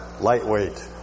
lightweight